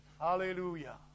Hallelujah